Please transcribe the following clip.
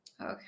Okay